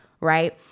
Right